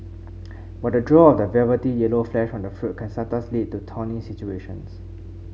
but the draw of the velvety yellow flesh from the fruit can sometimes lead to thorny situations